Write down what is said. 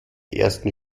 ersten